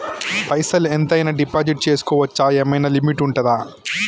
పైసల్ ఎంత అయినా డిపాజిట్ చేస్కోవచ్చా? ఏమైనా లిమిట్ ఉంటదా?